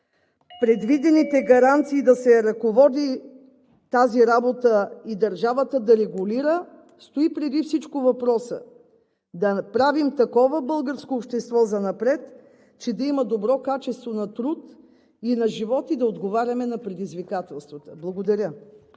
предвидените гаранции да се ръководи тази работа и държавата да регулира, стои преди всичко въпросът: да направим такова българско общество занапред, че да има добро качество на труд и на живот и да отговаряме на предизвикателствата. Благодаря.